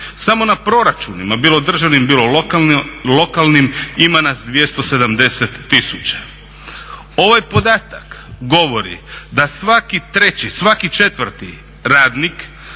Samo na proračunima bilo državnim bilo lokalnim ima nas 270 tisuća. Ovaj podatak govori da svaki 4.radnik